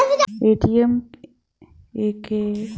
ATM के कारन पइसा निकालना अब बहुत आसान हो गयल हौ